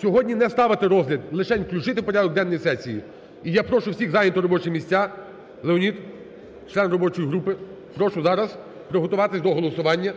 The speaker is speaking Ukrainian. Сьогодні не ставити розгляд – лишень включити в порядок денний сесії. І я прошу всіх зайняти робочі місця, Леонід, член робочої групи прошу зараз приготуватись до голосування.